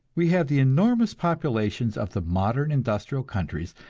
we have the enormous populations of the modern industrial countries,